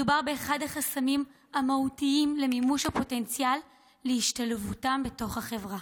מדובר באחד החסמים המהותיים למימוש הפוטנציאל להשתלבותם בחברה.